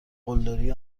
قلدری